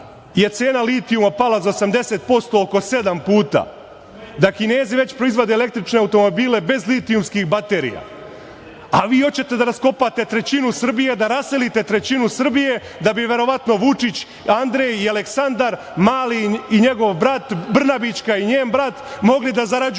je cena litijuma pala za 80%, oko sedam puta, da Kinezi već proizvode električne automobile bez litijumskih baterija, a vi hoćete da raskopate trećinu Srbije, da raselite trećinu Srbije, da bi verovatno Vučić, Andrej i Aleksandar, Mali i njegov brat, Brnabićka i njen brat, mogli da zarađuju